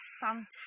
fantastic